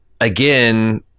again